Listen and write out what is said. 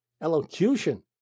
elocution